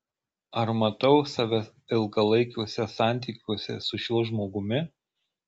ar matau save ilgalaikiuose santykiuose su šiuo žmogumi